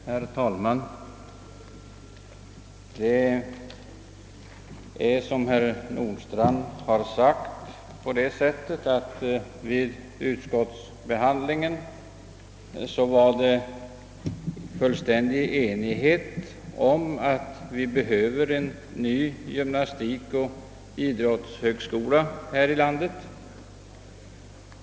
Herr talman! Som herr Nordstrandh har påpekat rådde det vid utskottsbehandlingen fullständig enighet om att vi behöver en ny gymnastikoch idrottshögskola här i landet.